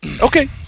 Okay